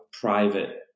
private